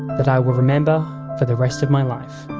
that i will remember for the rest of my life.